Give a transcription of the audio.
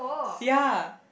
ya